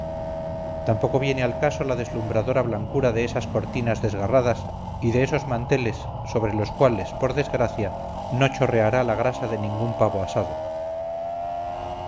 tampoco viene al caso la deslumbradora blancura de esas cortinas desgarradas y de esos manteles sobre los cuales por desgracia no chorreará la grasa de ningún pavo asado